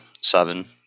seven